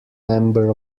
member